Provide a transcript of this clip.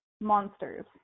monsters